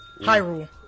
Hyrule